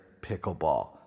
Pickleball